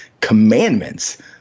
commandments